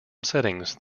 settings